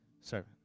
servant